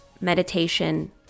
meditation